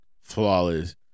Flawless